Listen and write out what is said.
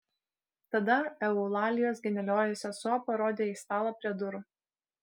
tada eulalijos genialioji sesuo parodė į stalą prie durų